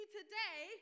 today